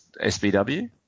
SBW